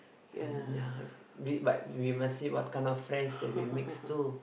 uh ya we but we must see what kind of friends that we mix too